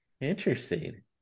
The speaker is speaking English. Interesting